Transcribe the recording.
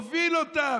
הוביל אותם,